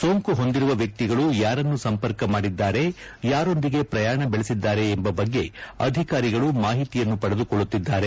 ಸೋಂಕು ಹೊಂದಿರುವ ವ್ಯಕ್ತಿಗಳು ಯಾರನ್ನು ಸಂಪರ್ಕ ಮಾಡಿದ್ದಾರೆ ಯಾರೊಂದಿಗೆ ಪ್ರಯಾಣ ಬೆಳೆಸಿದ್ದಾರೆ ಎಂಬ ಬಗ್ಗೆ ಅಧಿಕಾರಿಗಳು ಮಾಹಿತಿಯನ್ನು ಪಡೆದುಕೊಳ್ಳುತ್ತಿದ್ದಾರೆ